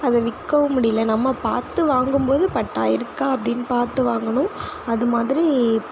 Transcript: அதை விற்கவும் முடியல நம்மை பார்த்து வாங்கும்போது பட்டா இருக்கா அப்படின் பார்த்து வாங்கணும் அது மாதிரி